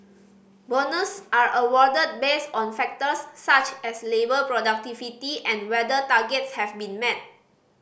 bonus are awarded based on factors such as labour productivity and whether targets have been met